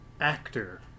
actor